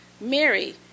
Mary